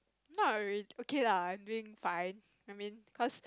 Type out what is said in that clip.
not really okay lah I think fine I mean cause